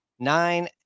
Nine